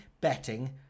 betting